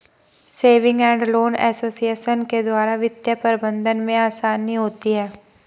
saving and loan association के द्वारा वित्तीय प्रबंधन में आसानी होती है